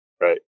right